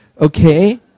Okay